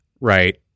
right